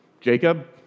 Jacob